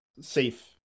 safe